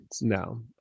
No